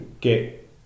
get